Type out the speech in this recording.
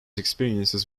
experiences